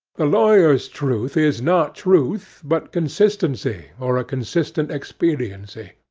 the lawyer's truth is not truth, but consistency or a consistent expediency.